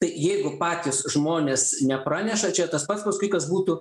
tai jeigu patys žmonės nepraneša čia tas pats paskui kas būtų